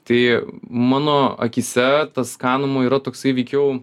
tai mano akyse tas kanomu yra toksai veikiau